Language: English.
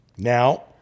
Now